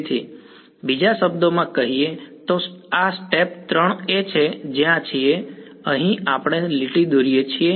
તેથી બીજા શબ્દોમાં કહીએ તો આ સ્ટેપ 3 એ છે જ્યાં છીએ અહીં આપણે લીટી દોરીએ છીએ